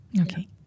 Okay